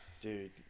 dude